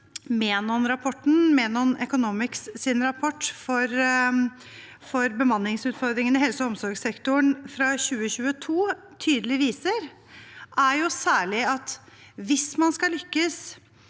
Menon Economics’ rapport om bemanningsutfordringene i helse- og omsorgssektoren fra 2022 – tydelig viser, er særlig at hvis man skal lykkes